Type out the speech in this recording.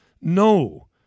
no